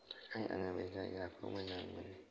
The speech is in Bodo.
आं बे जायगाखौ मोजां मोनो